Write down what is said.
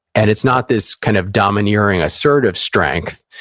and it's not this kind of domineering, assertive strength.